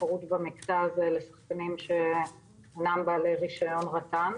התחרות במקטע הזה לשחקנים שאינם בעלי רישיון רט"ן.